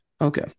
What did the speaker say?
Okay